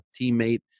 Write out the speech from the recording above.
teammate